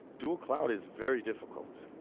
dual cloud is very difficult,